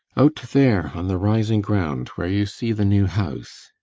out there on the rising ground where you see the new house